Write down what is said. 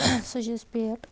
سُہ چھِ اسہِ پٮ۪ٹ